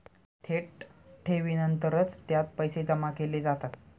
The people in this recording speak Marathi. थेट ठेवीनंतरच त्यात पैसे जमा केले जातात